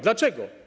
Dlaczego?